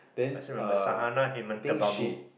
I still remember Sahana him and Tebabu